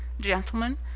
gentlemen,